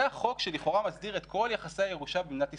זה החוק שלכאורה מסדיר את כל יחסי הירושה במדינת ישראל.